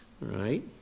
right